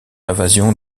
invasion